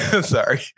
Sorry